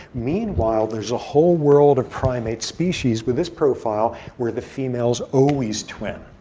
meanwhile, there's a whole world of primate species with this profile where the females always twin.